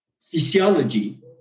physiology